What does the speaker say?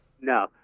No